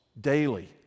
daily